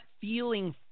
feeling